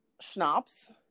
schnapps